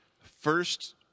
first